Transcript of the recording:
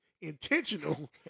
intentional